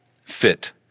fit